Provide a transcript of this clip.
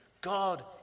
God